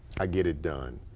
i get it done.